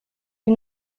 que